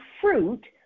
fruit